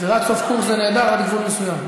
אווירת סוף קורס זה נהדר, עד גבול מסוים.